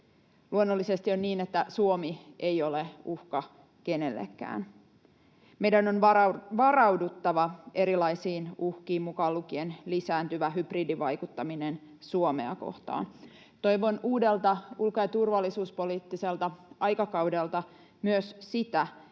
Luonnollisesti on niin, että Suomi ei ole uhka kenellekään. Meidän on varauduttava erilaisiin uhkiin mukaan lukien lisääntyvä hybridivaikuttaminen Suomea kohtaan. Toivon uudelta ulko‑ ja turvallisuuspoliittiselta aikakaudelta myös sitä,